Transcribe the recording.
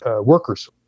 workers